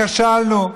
כשלנו.